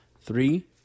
three